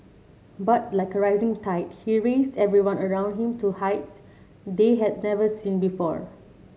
but like a rising tide he raised everyone around him to heights they had never seen before